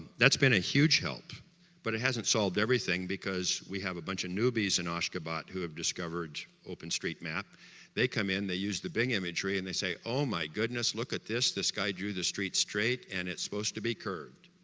that's been a huge help but it hasn't solved everything because we have a bunch of newbies in ashgabat who have discovered openstreetmap they come in, they use the bing imagery and they say oh my goodness, look at this, this guy drew the street straight and it's supposed to be curved